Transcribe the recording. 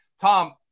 Tom